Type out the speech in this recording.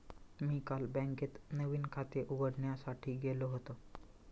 मी काल बँकेत नवीन खाते उघडण्यासाठी गेलो होतो